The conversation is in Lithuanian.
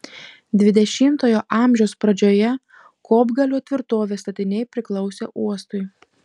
dvidešimtojo amžiaus pradžioje kopgalio tvirtovės statiniai priklausė uostui